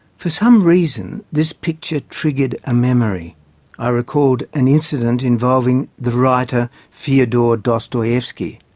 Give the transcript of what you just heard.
for some reason, this picture triggered a memory i recalled an incident involving the writer fyodor dostoyevsky.